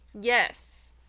Yes